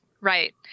Right